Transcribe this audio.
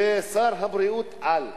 ושר בריאות-על.